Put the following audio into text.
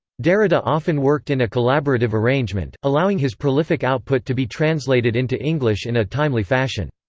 derrida often worked in a collaborative arrangement, allowing his prolific output to be translated into english in a timely fashion.